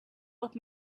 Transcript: with